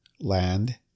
land